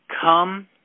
come